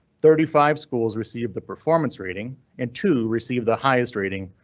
thirty five schools receive the performance rating and two received the highest rating.